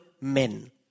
men